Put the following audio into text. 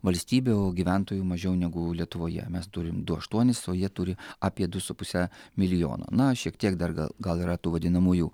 valstybių gyventojų mažiau negu lietuvoje mes turim du aštuonis o jie turi apie du su puse milijono na šiek tiek dar gal gal yra tų vadinamųjų